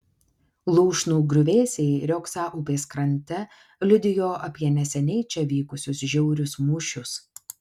lūšnų griuvėsiai riogsą upės krante liudijo apie neseniai čia vykusius žiaurius mūšius